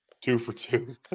two-for-two